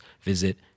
visit